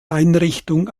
einrichtung